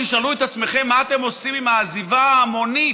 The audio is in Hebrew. תשאלו את עצמכם מה אתם עושים עם העזיבה ההמונית